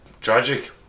tragic